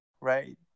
right